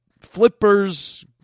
flippers